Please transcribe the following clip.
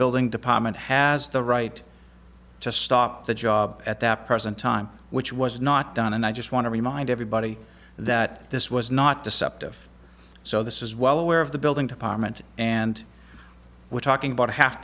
building department has the right to stop the job at that present time which was not done and i just want to remind everybody that this was not deceptive so this is well aware of the building department and we're talking about a half